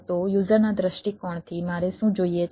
તો યુઝરના દૃષ્ટિકોણથી મારે શું જોઈએ છે